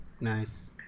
nice